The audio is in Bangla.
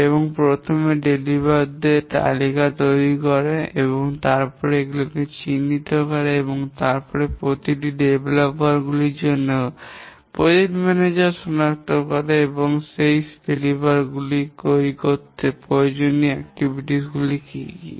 এবং প্রথমে বিতরণযোগ্য দের তালিকা তৈরি করে এবং তারপরে এগুলি চিহ্নিত করে এবং এই প্রতিটি বিতরণযোগ্য গুলির জন্য প্রকল্প ম্যানেজার সনাক্ত করে যে এই বিতরণযোগ্য গুলি তৈরি করতে প্রয়োজনীয় কার্যক্রম গুলি কী কী